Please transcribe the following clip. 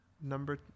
number